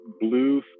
blue